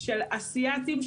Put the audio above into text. של אסיאתיים,